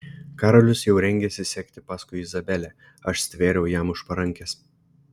karolis jau rengėsi sekti paskui izabelę aš stvėriau jam už parankės